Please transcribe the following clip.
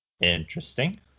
Interesting